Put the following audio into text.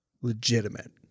legitimate